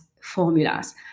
formulas